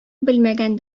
белмәгән